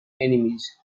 enemies